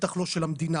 בטח לא של המדינה.